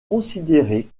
considérées